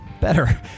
Better